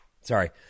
sorry